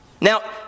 Now